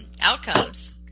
outcomes